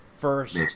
first